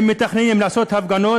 הם מתכננים לעשות הפגנות.